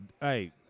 Hey